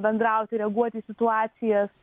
bendrauti reaguoti į situacijas